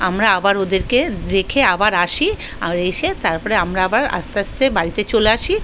আমরা আবার ওদেরকে রেখে আবার আসি আবার এসে তার পরে আমরা আবার আস্তে আস্তে বাড়িতে চলে আসি